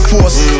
Force